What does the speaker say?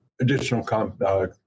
additional